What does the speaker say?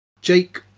Jake